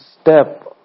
step